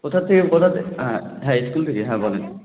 কোথার থেকে কোথা থেকে হ্যাঁ হ্যাঁ স্কুল থেকে হ্যাঁ বলুন